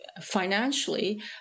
financially